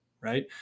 right